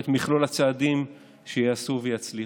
ואת מכלול הצעדים שייעשו ויצליחו,